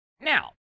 Now